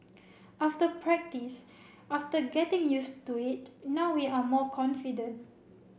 after practice after getting used to it now we are more confident